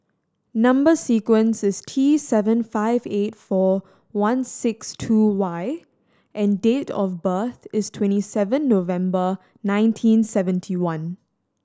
number sequence is T seven five eight four one six two Y and date of birth is twenty seven November nineteen seventy one